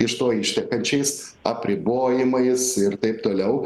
iš to ištekančiais apribojimais ir taip toliau